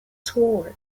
sword